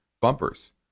bumpers